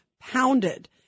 pounded